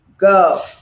Go